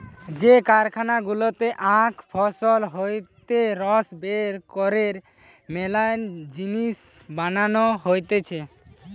যে কারখানা গুলাতে আখ ফসল হইতে রস বের কইরে মেলা জিনিস বানানো হতিছে